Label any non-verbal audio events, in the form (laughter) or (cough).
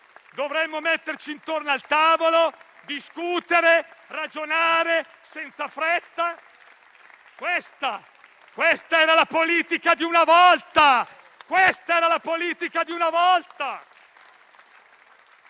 dovremmo metterci intorno al tavolo a discutere e ragionare senza fretta. (applause) Questa era la politica di una volta!